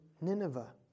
Nineveh